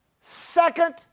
second